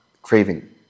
Craving